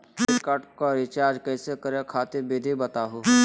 Credit card क recharge करै खातिर विधि बताहु हो?